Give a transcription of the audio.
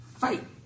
Fight